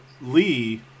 Lee